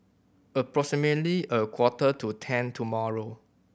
approximately a quarter to ten tomorrow